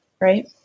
Right